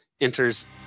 enters